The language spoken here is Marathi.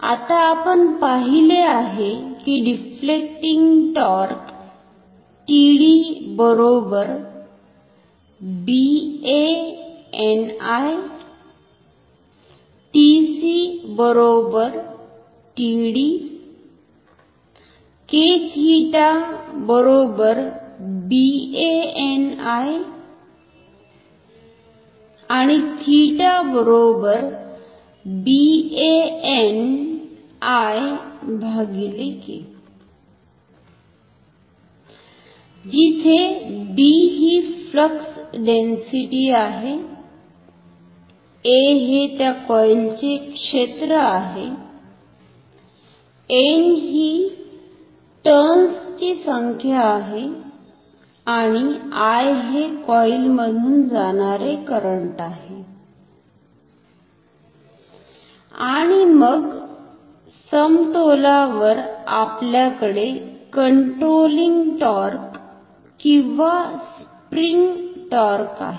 आता आपण पाहिले आहे की डिफ्लेकटिंग टॉर्क जिथे B ही फ्लक्स डेन्सीटी आहे A हे त्या कॉईल चे क्षेत्र आहे N ही टर्न्स ची संख्या आहे आणि I हे कॉईल मधुन जाणारे करंट आहे आणि मग समतोलावर आपल्याकडे कंट्रोलिंग टॉर्क किंवा स्प्रिंग टॉर्क आहे